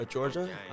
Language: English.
Georgia